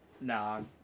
No